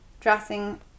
dressing